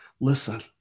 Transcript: listen